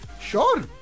sure